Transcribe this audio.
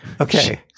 Okay